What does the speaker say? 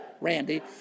Randy